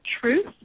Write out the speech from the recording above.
truth